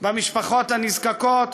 במשפחות הנזקקות,